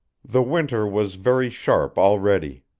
the winter was very sharp already.